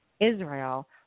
Israel